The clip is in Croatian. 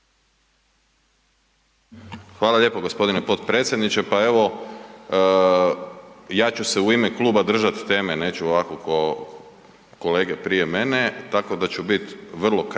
Hvala lijepo g. potpredsjedniče. Pa evo, ja ću se u ime kluba držati teme, neću ovako ko kolege prije mene, tako da ću bit vrlo kratak